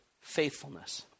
faithfulness